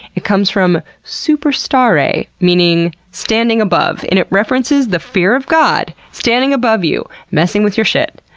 it comes from superstare, meaning standing above, and it references the fear of god standing above you messing with your shit.